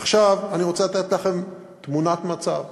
עכשיו אני רוצה לתת לכם תמונת מצב,